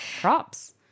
Props